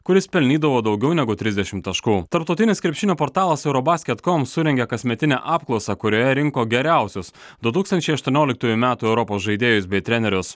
kuris pelnydavo daugiau negu trisdešim taškų tarptautinis krepšinio portalas eurobasket kom surengė kasmetinę apklausą kurioje rinko geriausius du tūkstančiai aštuonioliktųjų metų europos žaidėjus bei trenerius